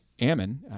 Ammon